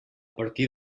partir